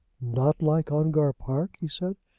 not like ongar park? he said.